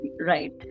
Right